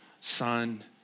Son